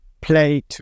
play